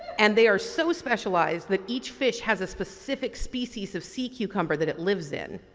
and they are so specialized that each fish has a specific species of sea cucumber that it lives in.